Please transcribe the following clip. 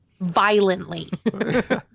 violently